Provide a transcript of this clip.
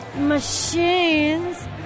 machines